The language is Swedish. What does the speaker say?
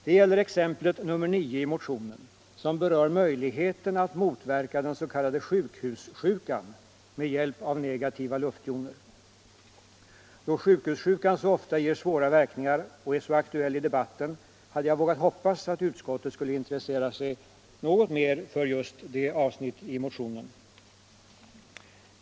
Det gäller exemplet 9 i motionen, som berör möjligheten att motverka dens.k. sjukhussjukan med hjälp av negativa luftjoner. Då sjukhussjukan så ofta ger svåra verkningar och är så aktuell i debatten hade jag vågat hoppas att utskottet skulle intressera sig något mer för just det avsnittet i motionen.